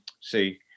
see